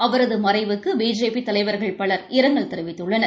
அவரது மறைவுக்கு பிஜேபி தலைவர்கள் பலர் இரங்கல் தெரிவித்துள்ளனர்